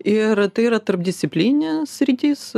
ir tai yra tarpdisciplininė sritis